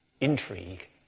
intrigue